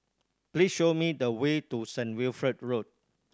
please show me the way to Saint Wilfred Road